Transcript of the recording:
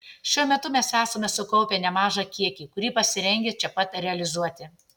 šiuo metu mes esame sukaupę nemažą kiekį kurį pasirengę čia pat realizuoti